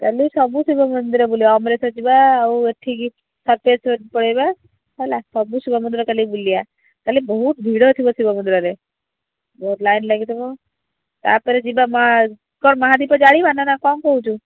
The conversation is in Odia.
କାଲି ସବୁ ଶିବ ମନ୍ଦିର ବୁଲିବା ଅମରେଶ୍ୱର ଯିବା ଆଉ ଏଠିକି ପଳାଇବା ହେଲା ସବୁ ଶିବ ମନ୍ଦିର କାଲି ବୁଲିବା କାଲି ବହୁତ ଭିଡ଼ ଥିବ ଶିବ ମନ୍ଦିରରେ ବହୁତ ଲାଇନ୍ ଲାଗିଥିବ ତା'ପରେ ଯିବା ମା କ'ଣ ମହାଦୀପ ଜାଳିବା ନା କ'ଣ କହୁଛୁ